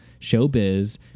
showbiz